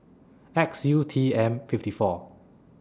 X U T M fifty four